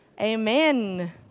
amen